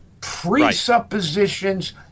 presuppositions